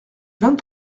vingt